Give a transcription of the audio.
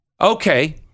Okay